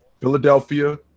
Philadelphia